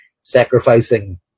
sacrificing